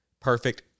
perfect